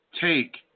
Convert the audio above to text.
take